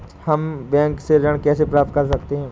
हम बैंक से ऋण कैसे प्राप्त कर सकते हैं?